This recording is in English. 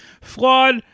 flawed